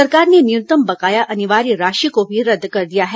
सरकार ने न्यूनतम बकाया अनिवार्य राशि को भी रद्द कर दिया है